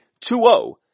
2-0